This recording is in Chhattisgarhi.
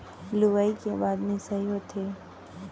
लुवई के बाद मिंसाई होथे